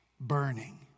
burning